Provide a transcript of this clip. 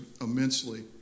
immensely